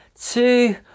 two